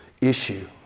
issue